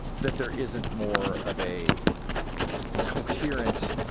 that there isn't more of a coherent,